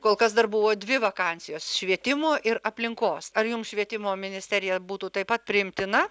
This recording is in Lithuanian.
kol kas dar buvo dvi vakansijos švietimo ir aplinkos ar jums švietimo ministerija būtų taip pat priimtina